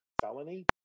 felony